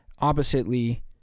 Oppositely